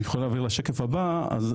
אני רק